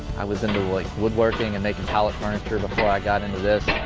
i was into like woodworking and making pallet furniture before i got into this.